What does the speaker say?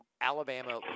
Alabama